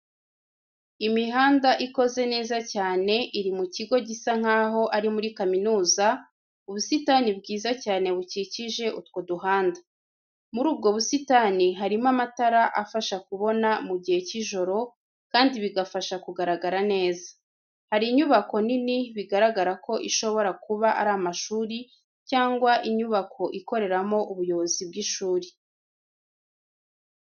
Imihanda ikoze neza cyane iri mu kigo gisa nk'aho ari muri kaminuza, ubusitani bwiza cyane bukikije utwo duhanda. Muri ubwo busitani harimo amatara afasha kubona mu gihe cy'ijoro kandi bigafasha kugaragara neza. Hari inyubako nini bigaragara ko ishobora kuba ari amashuri cyangwa inyubako ikoreramo ubuyobozi bw'ishuri.